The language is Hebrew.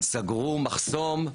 סגרו מחסום,